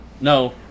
no